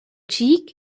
cheek